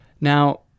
Now